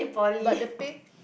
but the pay